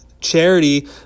charity